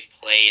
played